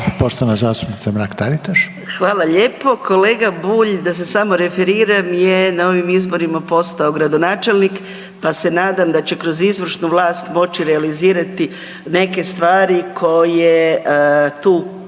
**Mrak-Taritaš, Anka (GLAS)** Hvala lijepo. Kolega Bulj da se samo referiram je na ovim izborima postao gradonačelnik pa se nadam da će kroz izvršnu vlast moći realizirati neke stvari koje tu